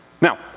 Now